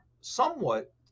somewhat